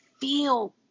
feel